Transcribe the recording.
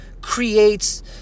creates